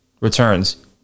returns